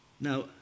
Now